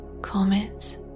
comets